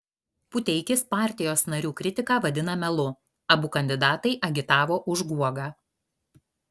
puteikis partijos narių kritiką vadina melu abu kandidatai agitavo už guogą